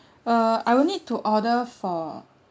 uh I will need to order for